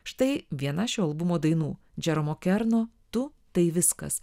štai viena šio albumo dainų džeromo kerno tu tai viskas